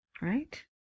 Right